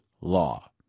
law